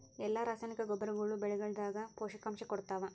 ಎಲ್ಲಾ ರಾಸಾಯನಿಕ ಗೊಬ್ಬರಗೊಳ್ಳು ಬೆಳೆಗಳದಾಗ ಪೋಷಕಾಂಶ ಕೊಡತಾವ?